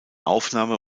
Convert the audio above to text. aufnahme